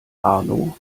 arno